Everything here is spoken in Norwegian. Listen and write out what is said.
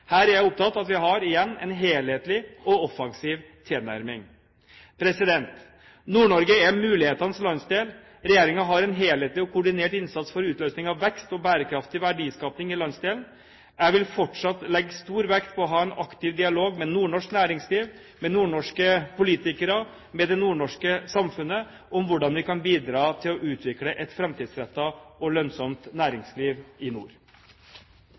Her er jeg opptatt av – igjen – at vi har en helhetlig og offensiv tilnærming. Nord-Norge er mulighetenes landsdel. Regjeringen har en helhetlig og koordinert innsats for utløsning av vekst og bærekraftig verdiskaping i landsdelen. Jeg vil fortsatt legge stor vekt på å ha en aktiv dialog med nordnorsk næringsliv, med nordnorske politikere – med det nordnorske samfunnet – om hvordan vi kan bidra til å utvikle et framtidsrettet og lønnsomt næringsliv i nord.